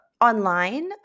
online